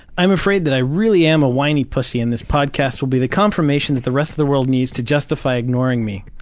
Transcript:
i'm afraid that i really am a whiny pussy and this podcast will be the confirmation that the rest of the world needs to justify ignoring me.